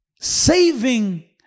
saving